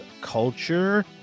culture